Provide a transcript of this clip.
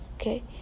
okay